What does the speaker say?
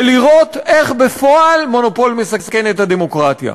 ולראות איך בפועל מונופול מסכן את הדמוקרטיה.